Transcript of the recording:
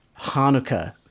Hanukkah